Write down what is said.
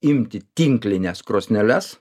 imti tinklines krosneles